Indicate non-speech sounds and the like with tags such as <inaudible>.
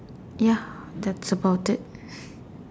ya that's about it <breath>